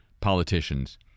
politicians